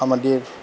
আমাদের